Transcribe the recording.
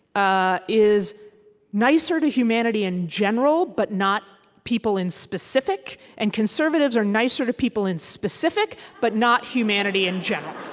ah is nicer to humanity in general but not people in specific, and conservatives are nicer to people in specific but not humanity in general